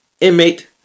inmate